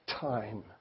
time